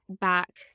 back